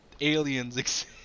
aliens